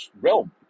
realm